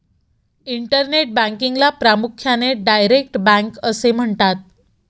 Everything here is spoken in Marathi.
इंटरनेट बँकिंगला प्रामुख्याने डायरेक्ट बँक असे म्हणतात